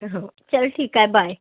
हो चल ठीक आहे बाय